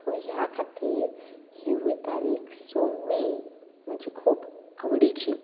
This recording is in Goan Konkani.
तर ह्या खातीर हिवूय तारीख स मे म्हाजी खूब आवडीची